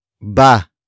ba